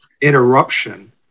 interruption